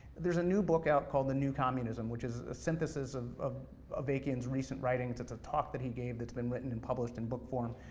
there's a new book out called the new communism, which is a synthesis and of avakian's recent writings, it's a talk that he gave that's been written and published in book form.